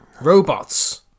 robots